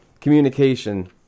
communication